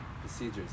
procedures